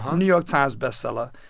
um new york times best-seller.